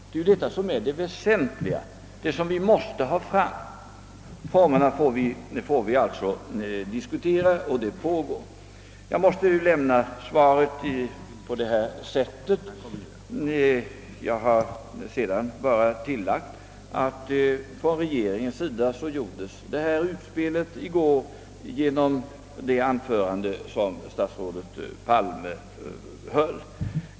Det är detta som är det väsentliga och som vi måste beakta i detta sammanhang. Formerna för detta får vi diskutera. För övrigt har jag bara tillagt att regeringen gjort ett utspel i går genom det anförande som statsrådet Palme höll.